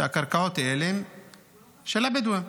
שהקרקעות האלה של הבדואים.